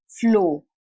flow